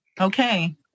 Okay